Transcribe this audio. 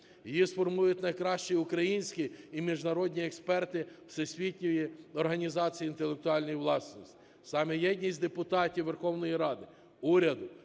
Її сформують найкращі українські і міжнародні експерти Всесвітньої організації інтелектуальної власності. Саме єдність депутатів Верховної Ради, уряду